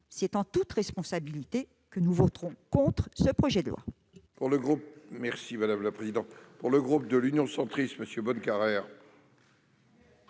aussi en toute responsabilité que nous voterons contre ce projet de loi.